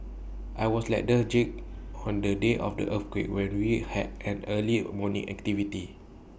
I was lethargic on the day of the earthquake when we had an early morning activity